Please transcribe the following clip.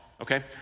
okay